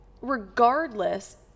regardless